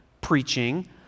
preaching